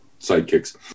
sidekicks